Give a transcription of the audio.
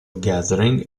gathering